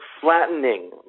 flattening